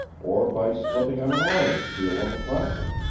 or by slipping on an orange peel on the crossing.